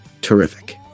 terrific